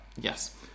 yes